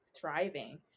thriving